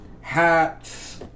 hats